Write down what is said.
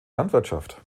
landwirtschaft